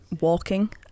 walking